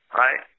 right